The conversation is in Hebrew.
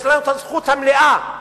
יש לנו זכות מלאה.